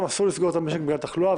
גם אסור לסגור את המשק בגלל תחלואה,